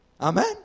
Amen